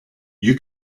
you